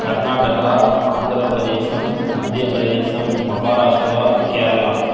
கர்நாடகா ஆந்திரப் பிரதேசம் மத்தியப் பிரதேசம் மகாராஷ்டிரா கேரளா